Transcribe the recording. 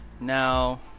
now